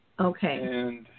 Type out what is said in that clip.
Okay